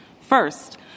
First